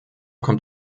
kommt